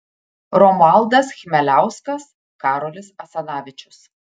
romualdas chmeliauskas karolis asanavičius